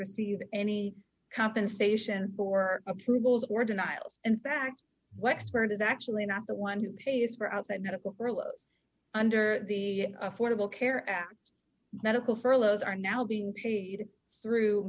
received any compensation for approvals or denials in fact wexford is actually not the one who pays for outside medical earlobes under the affordable care act medical furloughs are now being paid through